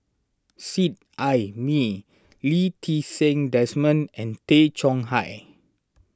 Seet Ai Mee Lee Ti Seng Desmond and Tay Chong Hai